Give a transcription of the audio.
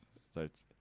starts